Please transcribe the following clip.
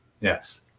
Yes